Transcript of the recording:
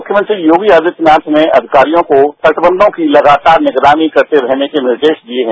मुख्यमंत्री योगी आदित्यनाथ ने अधिकारियों को तटबंघ की लगातार निगरानी करते रहनेके निर्देश दिए हैं